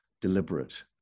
deliberate